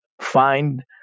find